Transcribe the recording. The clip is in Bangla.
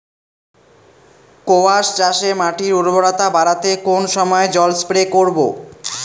কোয়াস চাষে মাটির উর্বরতা বাড়াতে কোন সময় জল স্প্রে করব?